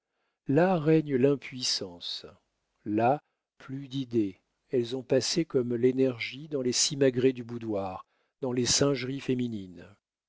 là règne l'impuissance là plus d'idées elles ont passé comme l'énergie dans les simagrées du boudoir dans les singeries féminines